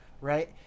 right